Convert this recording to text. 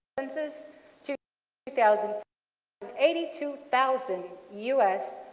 census two thousand eighty two thousand u s.